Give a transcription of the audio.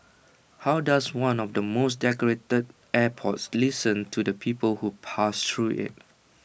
how does one of the most decorated airports listen to the people who pass through IT